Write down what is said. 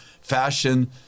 fashion